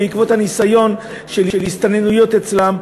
בעקבות הניסיון של הסתננויות אצלן,